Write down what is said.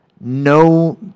no